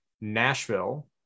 nashville